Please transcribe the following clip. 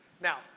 Now